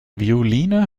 violine